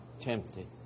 tempted